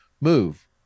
move